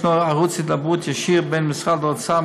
ישנו ערוץ הידברות ישיר בין משרד האוצר,